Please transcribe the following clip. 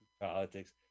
politics